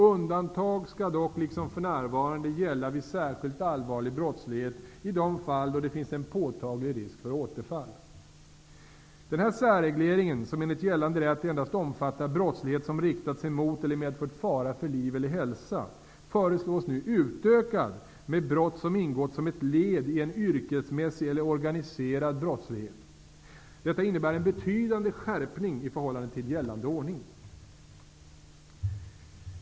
Undantag skall dock, liksom för närvarande, gälla vid särskilt allvarlig brottslighet i de fall där det finns en påtaglig risk för återfall. Denna särreglering, som enligt gällande rätt endast omfattar brottslighet som riktat sig mot eller medfört fara för liv eller hälsa, föreslås nu utökad med brott som ingått som ett led i en yrkesmässig eller organiserad brottslighet. Detta innebär en betydande skärpning i förhållande till gällande ordning.